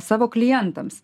savo klientams